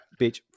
bitch